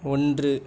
ஒன்று